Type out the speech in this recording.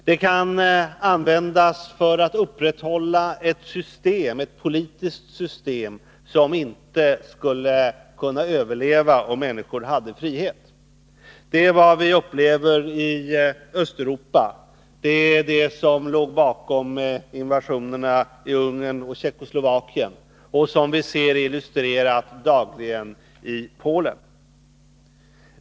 Det kan användas för att upprätthålla ett politiskt system, som inte skulle kunna överleva om människor hade frihet. Det är vad vi upplever i Östeuropa — det var det som låg bakom invasionerna i Ungern och Tjeckoslovakien och som vi ser illustrerat dagligen i Polen.